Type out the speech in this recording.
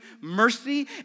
mercy